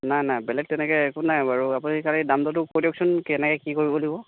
নাই নাই বেলেগ তেনেকৈ একো নাই বাৰু আপুনি খালি দাম দৰটো কৈ দিয়কচোন কেনেকৈ কি কৰিব লাগিব